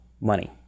money